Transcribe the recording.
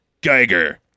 Geiger